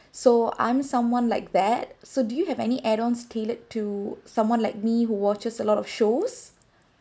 so I'm someone like that so do you have any add ons tailored to someone like me who watches a lot of shows